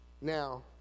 now